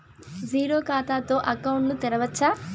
Zero ఖాతా తో account ను తెరవచ్చా?